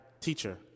Teacher